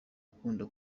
akunda